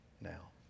now